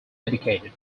dedicated